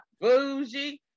bougie